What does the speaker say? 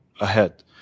ahead